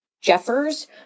Jeffers